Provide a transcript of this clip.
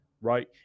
right